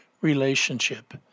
relationship